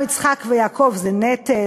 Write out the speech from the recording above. אברהם, יצחק ויעקב זה נטל,